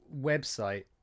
website